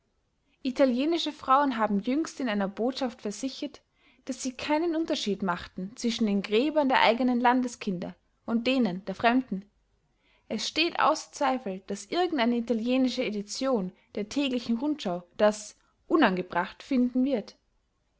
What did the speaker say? italienische frauen haben jüngst in einer botschaft versichert daß sie keinen unterschied machten zwischen den gräbern der eigenen landeskinder und denen der fremden es steht außer zweifel daß irgendeine italienische edition der täglichen rundschau das unangebracht finden wird